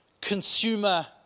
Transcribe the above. consumer